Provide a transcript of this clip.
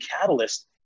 catalyst